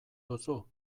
duzu